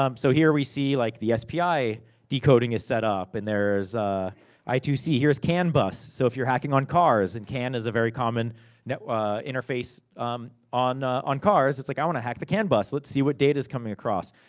um so, here we see, like the spi decoding is setup. and there's i two c. here's canbus. so, if you're hacking on cars, and can is a very common interface um on on cars. it's like, i wanna hack the canbus, let's see what data's coming across.